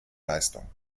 leistung